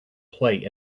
plate